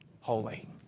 holy